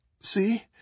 see